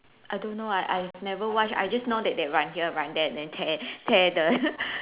I don't know I I've never watch I just know that they run here run there and then tear tear the